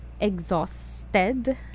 exhausted